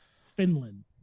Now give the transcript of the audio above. Finland